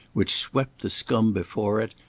which swept the scum before it,